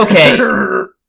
Okay